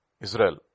Israel